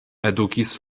edukis